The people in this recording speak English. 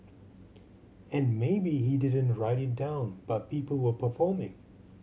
and maybe he didn't write it down but people were performing